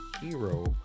hero